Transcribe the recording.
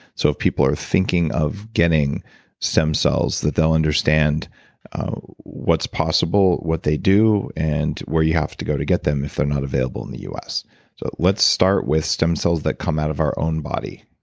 so if people are thinking of getting stem cells that they'll understand what's possible, what they do and where you have to go to get them if they're not available in the us. so let's start with stem cells that come out of our own body